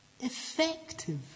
effective